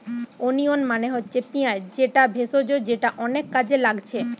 onion মানে হচ্ছে পিঁয়াজ যেটা ভেষজ যেটা অনেক কাজে লাগছে